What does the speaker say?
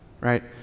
right